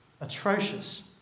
atrocious